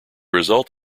result